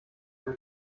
eine